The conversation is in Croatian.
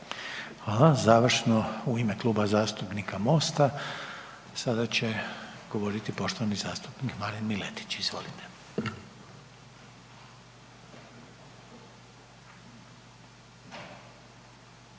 Hvala. Završno u ime Kluba zastupnika MOST-a sada će govoriti poštovani zastupnik Marin Miletić, izvolite.